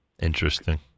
Interesting